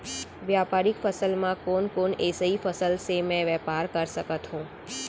व्यापारिक फसल म कोन कोन एसई फसल से मैं व्यापार कर सकत हो?